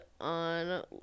on